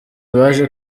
baje